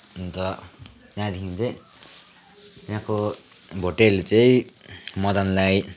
अन्त त्यहाँदेखि चाहिँ त्यहाँको भोटेहरूले चाहिँ मदनलाई